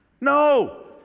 No